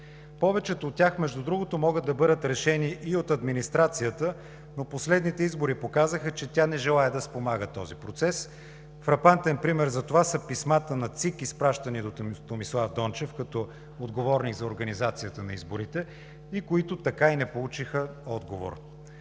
Повечето от тях, между другото, могат да бъдат решени и от администрацията, но последните избори показаха, че тя не желае да спомага този процес. Фрапантен пример за това са писмата на ЦИК, изпращани до Томислав Дончев като отговорник за организацията на изборите, които така и не получиха отговор.